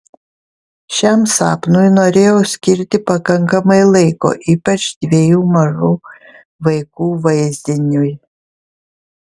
šiam sapnui norėjau skirti pakankamai laiko ypač dviejų mažų vaikų vaizdiniui